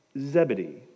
Zebedee